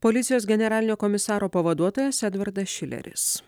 policijos generalinio komisaro pavaduotojas edvardas šileris